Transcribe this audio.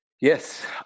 Yes